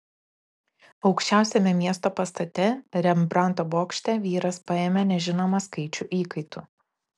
aukščiausiame miesto pastate rembrandto bokšte vyras paėmė nežinomą skaičių įkaitų